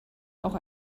auch